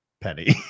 penny